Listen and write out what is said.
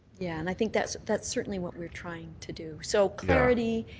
yeah. and i think that's that's certainly what we're trying to do. so clarity,